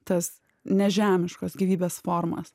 tas nežemiškos gyvybės formas